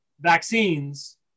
vaccines